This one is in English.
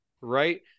right